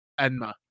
Enma